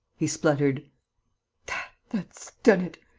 he spluttered that's done it.